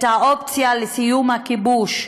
את האופציה לסיום הכיבוש,